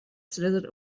slithered